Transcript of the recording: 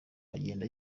agenda